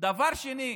דבר שני,